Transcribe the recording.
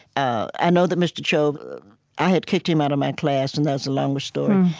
ah i know that mr. cho but i had kicked him out of my class, and that's a longer story.